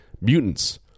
Mutants